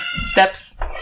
steps